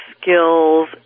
skills